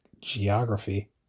geography